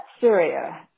Syria